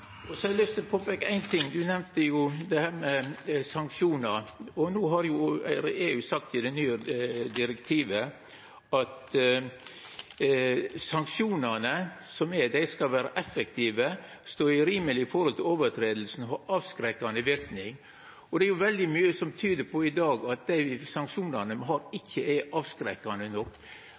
og så har eg lyst til å peika på ein ting. Statsråden nemnde sanksjonar. EU har i det nye direktivet sagt at sanksjonane skal vera effektive, stå i rimeleg forhold til brot og ha avskrekkande verknad. Det er veldig mykje som i dag tyder på at dei sanksjonane me har, ikkje er avskrekkande nok.